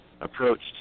approached